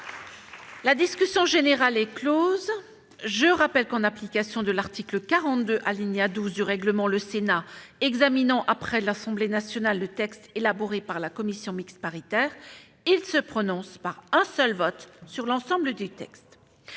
la commission mixte paritaire. Je rappelle que, en application de l'article 42, alinéa 12, du règlement, lorsqu'il examine après l'Assemblée nationale le texte élaboré par la commission mixte paritaire, le Sénat se prononce par un seul vote sur l'ensemble du texte.